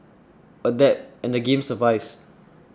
adapt and the game survives